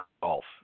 golf